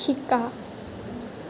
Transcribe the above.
শিকা